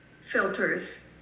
filters